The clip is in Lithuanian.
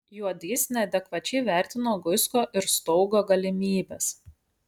juodys neadekvačiai vertino guisko ir staugo galimybes